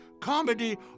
comedy